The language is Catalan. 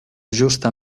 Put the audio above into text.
justa